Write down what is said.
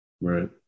Right